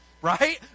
right